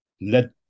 Let